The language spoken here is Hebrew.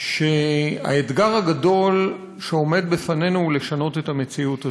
שהאתגר הגדול שעומד בפנינו הוא לשנות את המציאות הזאת.